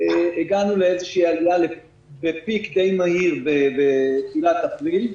הגענו לאיזושהי עלייה בפיק דיי מהיר בתחילת אפריל.